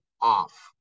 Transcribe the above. off